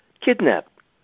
kidnapped